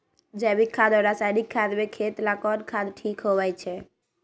जैविक खाद और रासायनिक खाद में खेत ला कौन खाद ठीक होवैछे?